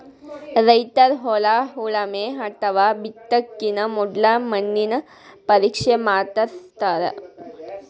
ರೈತರ್ ಹೊಲ ಉಳಮೆ ಅಥವಾ ಬಿತ್ತಕಿನ ಮೊದ್ಲ ಮಣ್ಣಿನ ಪರೀಕ್ಷೆ ಮಾಡಸ್ತಾರ್